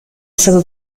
stato